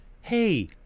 Hey